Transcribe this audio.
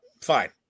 Fine